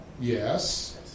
Yes